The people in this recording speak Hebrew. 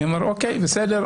אני אומר: בסדר.